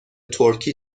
ترکی